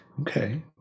Okay